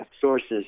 sources